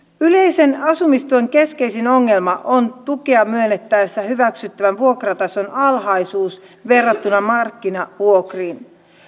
yleisen asumistuen keskeisin ongelma on tukea myönnettäessä hyväksyttävän vuokratason alhaisuus verrattuna markkinavuokriin